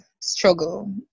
struggle